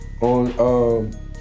on